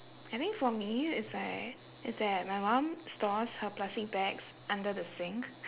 I think for me it's like it's that my mum stores her plastic bags under the sink